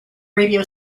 radio